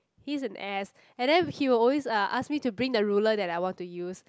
he's an ass and then he will always uh ask me to bring the ruler that I want to use